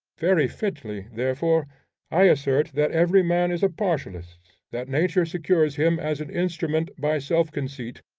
very fitly therefore i assert that every man is a partialist, that nature secures him as an instrument by self-conceit,